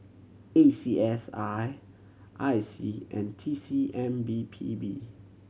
A C S I I C and T C M B P B